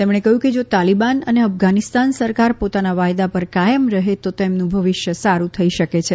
તેમણે કહયું કે જો તાલીબાન અને અફધાનીસ્તાન સરકાર પોતાના વાયદા પર કાયમ રહે તો તેમનું ભવિષ્ય વધુ સારૂ થઇ શકે છે